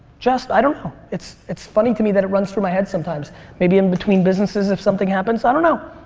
just i don't know. it's it's funny to me that it runs through my head sometimes maybe in-between businesses if something happens. i don't know.